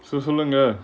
so so சொல்லுங்க:sollunga